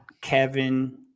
Kevin